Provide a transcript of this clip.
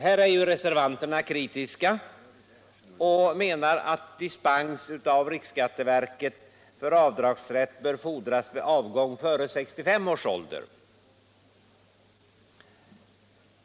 Här är reservanterna kritiska och menar att dispens av riksskatteverket för avdragsrätt bör fordras vid avgång före 65 års ålder.